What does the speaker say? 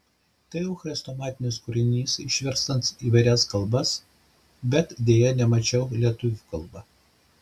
tai jau chrestomatinis kūrinys išverstas į įvairias kalbas bet deja nemačiau lietuvių kalba